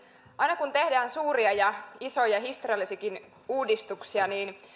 aina kun tehdään suuria isoja ja historiallisiakin uudistuksia